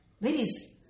Ladies